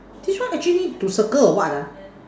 this one actually need to circle or what ah